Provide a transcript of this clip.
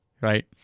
Right